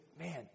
Man